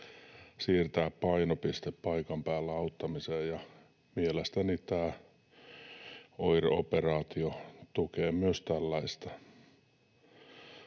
siirtää painopiste paikan päällä auttamiseen, ja mielestäni tämä OIR-operaatio tukee myös tällaista.